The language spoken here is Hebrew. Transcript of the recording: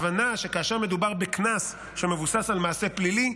הבנה שכאשר מדובר בקנס שמבוסס על מעשה פלילי,